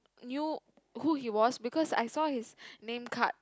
knew who he was because I saw his name card